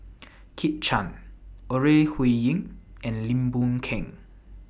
Kit Chan Ore Huiying and Lim Boon Keng